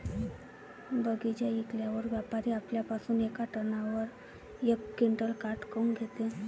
बगीचा विकल्यावर व्यापारी आपल्या पासुन येका टनावर यक क्विंटल काट काऊन घेते?